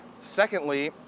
Secondly